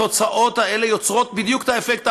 התוצאות האלה יוצרות בדיוק את האפקט ההפוך.